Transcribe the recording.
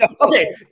Okay